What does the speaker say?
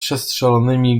przestrzelonymi